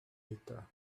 bitter